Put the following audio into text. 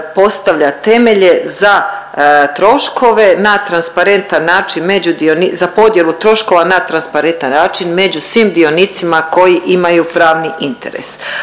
među dioni, za podjelu troškova na transparentan način među svim dionicima koji imaju pravni interes.